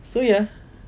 so ya